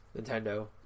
Nintendo